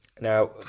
Now